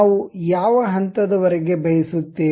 ನಾವು ಯಾವ ಹಂತದ ವರೆಗೆ ಬಯಸುತ್ತೇವೆ